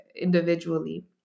individually